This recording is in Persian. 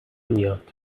میاد